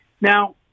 Now